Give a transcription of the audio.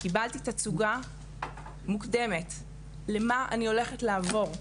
קבלתי תצוגה מוקדמת מה אני עוברת לעבור,